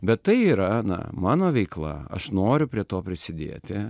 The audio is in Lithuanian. bet tai yra na mano veikla aš noriu prie to prisidėti